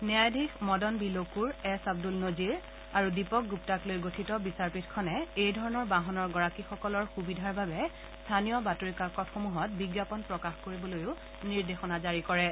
ন্যায়ধীশ Madan B Lokur S Abdul Nazir আৰু দীপক গুপ্তাক লৈ গঠিত বিচাৰপীঠখনে এইধৰণৰ বাহনৰ গৰাকীসকলৰ সুবিধাৰ বাবে স্থানীয় বাতৰি কাকতসমূহত বিজ্ঞাপন প্ৰকাশ কৰিবলৈ নিৰ্দেশ জাৰি কৰিছে